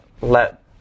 let